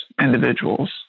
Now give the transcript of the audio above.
individuals